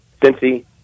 Cincy